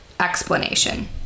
explanation